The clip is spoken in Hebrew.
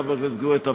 חבר הכנסת גואטה,